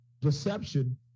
deception